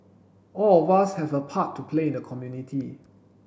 all of us have a part to play in the community